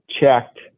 checked